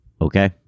okay